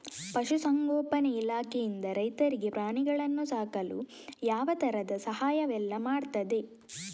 ಪಶುಸಂಗೋಪನೆ ಇಲಾಖೆಯಿಂದ ರೈತರಿಗೆ ಪ್ರಾಣಿಗಳನ್ನು ಸಾಕಲು ಯಾವ ತರದ ಸಹಾಯವೆಲ್ಲ ಮಾಡ್ತದೆ?